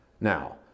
now